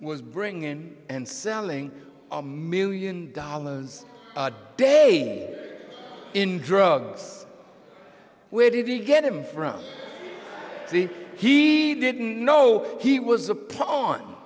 was bringing in and selling a million dollars a day in drugs where did he get them from the he didn't know he was